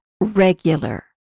regular